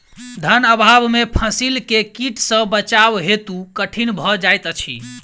धन अभाव में फसील के कीट सॅ बचाव बहुत कठिन भअ जाइत अछि